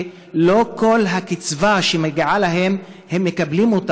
שלא את כל הקצבה שמגיעה להם הם מקבלים,